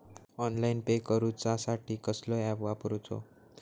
Online pay करूचा साठी कसलो ऍप वापरूचो?